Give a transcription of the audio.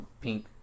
pink